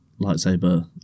lightsaber